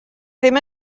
ddim